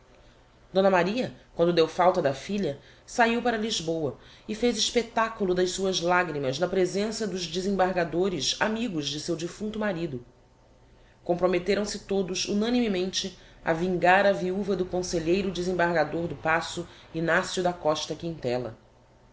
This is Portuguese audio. d maria quando deu falta da filha sahiu para lisboa e fez espectaculo das suas lagrimas na presença dos desembargadores amigos de seu defunto marido comprometteram se todos unanimemente a vingar a viuva do conselheiro desembargador do paço ignacio da costa